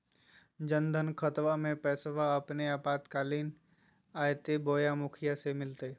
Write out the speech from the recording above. जन धन खाताबा में पैसबा अपने आपातकालीन आयते बोया मुखिया से मिलते?